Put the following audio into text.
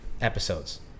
episodes